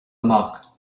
amach